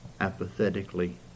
apathetically